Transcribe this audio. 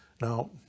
Now